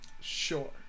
Sure